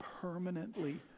permanently